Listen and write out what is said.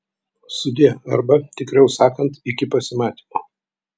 sudie arba tikriau sakant iki pasimatymo